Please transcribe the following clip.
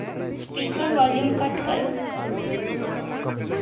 speaker volume घट्ट करो